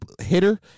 hitter